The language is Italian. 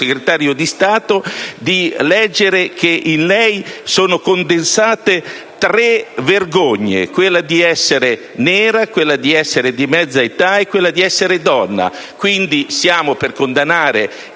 di Stato - di leggere che in lei sono condensate tre vergogne: quella di essere nera, quella di essere di mezza età e quella di essere donna. Siamo quindi per condannare,